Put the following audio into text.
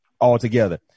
altogether